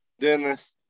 Dennis